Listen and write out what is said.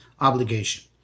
obligation